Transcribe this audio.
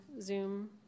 Zoom